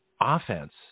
offense